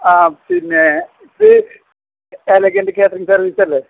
ആ പിന്നെ ഇത് എലഗൻ്റ് കേറ്ററിങ് സർവീസല്ലേ